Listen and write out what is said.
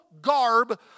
garb